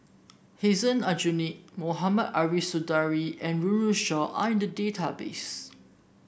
Hussein Aljunied Mohamed Ariff Suradi and Run Run Shaw are in the database